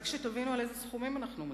רק שתבינו על אילו סכומים אנחנו מדברים.